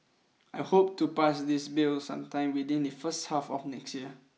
I hope to pass this bill sometime within the first half of next year